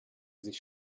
sich